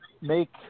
make